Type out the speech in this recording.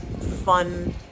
fun